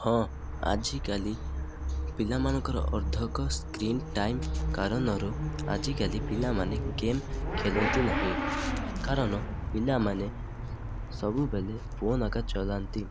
ହଁ ଆଜିକାଲି ପିଲାମାନଙ୍କର ଅର୍ଧକ ସ୍କ୍ରିନ ଟାଇମ୍ କାରଣରୁ ଆଜିକାଲି ପିଲାମାନେ ଗେମ୍ ଖେଲନ୍ତି ନାହିଁ କାରଣ ପିଲାମାନେ ସବୁବେଲେ ଫୋନ୍ ଆକା ଚଲାନ୍ତି